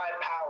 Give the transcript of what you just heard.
power